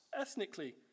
ethnically